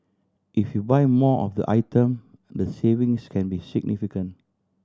if you buy more of the item the savings can be significant